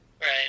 Right